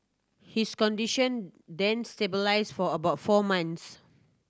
his condition then stabilised for about four months